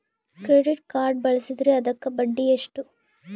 Credit card ಬಳಸಿದ್ರೇ ಅದಕ್ಕ ಬಡ್ಡಿ ಎಷ್ಟು?